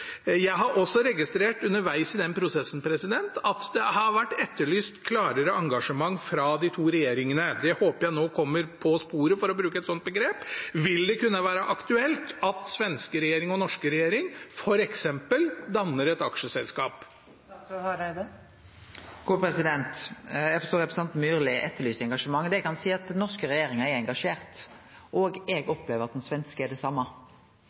Jeg har også underveis i den prosessen registrert at det har vært etterlyst klarere engasjement fra de to regjeringene. Det håper jeg nå kommer på sporet, for å bruke et sånt begrep. Vil det kunne være aktuelt at den svenske regjeringen og den norske regjeringen f.eks. danner et aksjeselskap? Eg forstår at representanten Myrli etterlyser engasjement. Det eg kan seie, er at den norske regjeringa er engasjert, og eg opplever at den svenske er det